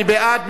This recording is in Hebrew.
מי בעד?